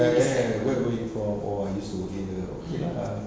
ya ya where were you from oh I used to work here okay lah